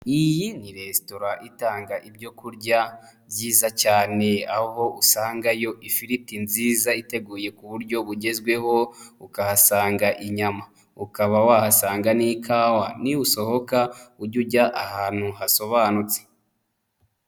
Iyi ni resitora itanga ibyokurya byiza cyane, aho usangayo ifiriti nziza iteguye ku buryo bugezweho, ukahasanga inyama. Ukaba wahasanga n'ikawa. N'usohoka ujye ujya ahantu hasobanutse.